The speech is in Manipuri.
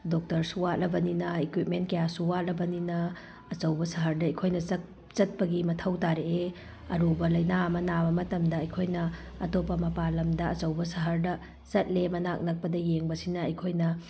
ꯗꯣꯛꯇꯔꯁꯨ ꯋꯥꯠꯂꯕꯅꯤꯅ ꯏꯀ꯭ꯋꯤꯞꯃꯦꯟ ꯀꯌꯥꯁꯨ ꯋꯥꯠꯂꯕꯅꯤꯅ ꯑꯆꯧꯕ ꯁꯍꯔꯗ ꯑꯩꯈꯣꯏꯅ ꯆꯠꯄꯒꯤ ꯃꯊꯧ ꯇꯥꯔꯛꯑꯦ ꯑꯔꯨꯕ ꯂꯩꯅꯥ ꯑꯃ ꯅꯥꯕ ꯃꯇꯝꯗ ꯑꯩꯈꯣꯏꯅ ꯑꯇꯣꯞꯄ ꯃꯄꯥꯟ ꯂꯝꯗ ꯑꯆꯧꯕ ꯁꯍꯔꯗ ꯆꯠꯂꯦ ꯃꯅꯥꯛ ꯅꯛꯄꯗ ꯌꯦꯡꯕꯁꯤꯅ ꯑꯩꯈꯣꯏꯅ